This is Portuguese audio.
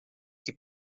que